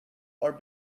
are